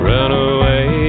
Runaway